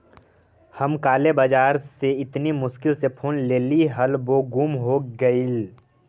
हम काले बाजार से इतनी मुश्किल से फोन लेली हल वो गुम हो गेलई